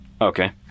Okay